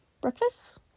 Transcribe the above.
breakfast